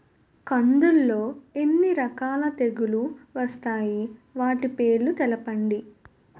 కందులు లో ఎన్ని రకాల తెగులు వస్తాయి? వాటి పేర్లను తెలపండి?